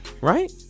right